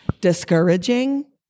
discouraging